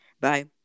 bye